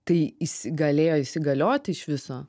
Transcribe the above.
tai įsi galėjo įsigaliot iš viso